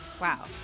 Wow